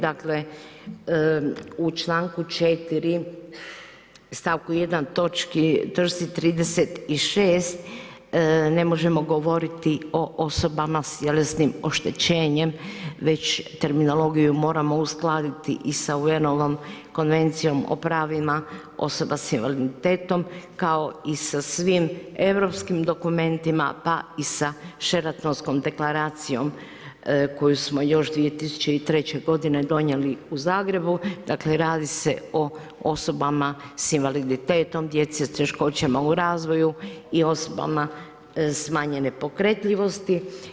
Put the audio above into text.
Dakle u članku 4. stavku 1. točci 36. ne možemo govoriti o osobama s tjelesnim oštećenjem već terminologiju moramo uskladiti i sa UN Konvencijom o pravima osoba s invaliditetom kao i sa svim europskim dokumentima pa i sa Šeratonskom deklaracijom koju smo još 2003. godine donijeli u Zagrebu, dakle radi se o osobama s invaliditetom, djeci s teškoćama u razvoju i osobama smanjenje pokretljivosti.